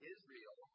Israel